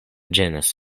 ĝenas